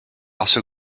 also